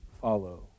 follow